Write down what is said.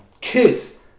Kiss